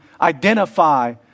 identify